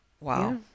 wow